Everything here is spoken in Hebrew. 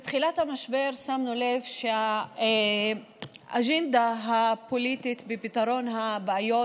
מתחילת המשבר שמנו לב שהאג'נדה הפוליטית בפתרון הבעיות